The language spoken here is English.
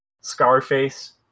Scarface